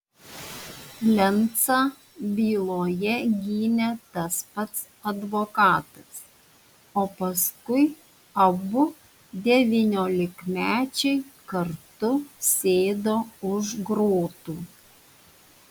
lencą byloje gynė tas pats advokatas o paskui abu devyniolikmečiai kartu sėdo už grotų